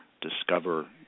discover